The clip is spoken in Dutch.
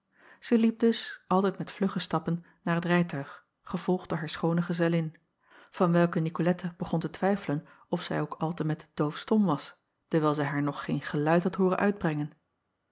ij liep dus altijd met vluggen stap naar het rijtuig gevolgd door haar schoone gezellin van welke icolette begon te twijfelen of zij ook altemet doofstom was dewijl zij haar nog geen geluid had hooren uitbrengen